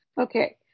Okay